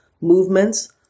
movements